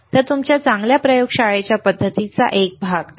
तर पुन्हा तुमच्या चांगल्या प्रयोगशाळेच्या पद्धतींचा एक भाग छान ठीक आहे